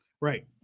right